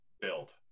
build